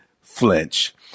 flinch